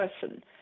person